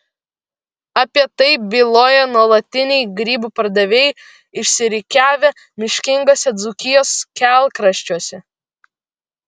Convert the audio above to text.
apie tai byloja nuolatiniai grybų pardavėjai išsirikiavę miškinguose dzūkijos kelkraščiuose